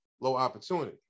low-opportunity